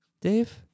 Dave